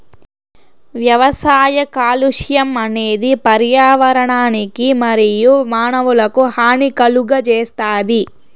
వ్యవసాయ కాలుష్యం అనేది పర్యావరణానికి మరియు మానవులకు హాని కలుగజేస్తాది